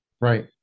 Right